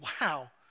wow